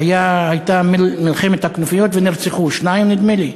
שהייתה מלחמת הכנופיות ונרצחו שניים, נדמה לי.